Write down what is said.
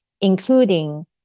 including